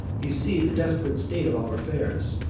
you see the desp'rate state of our affairs,